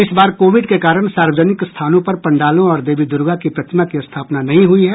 इस बार कोविड के कारण सार्वजनिक स्थानों पर पंडालों और देवी दुर्गा की प्रतिमा की स्थापना नहीं हुई है